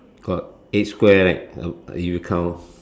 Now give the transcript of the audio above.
got eight square leh you count